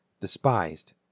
Despised